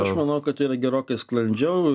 aš manau kad yra gerokai sklandžiau